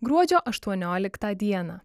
gruodžio aštuonioliktą dieną